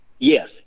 yes